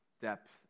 depth